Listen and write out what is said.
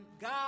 God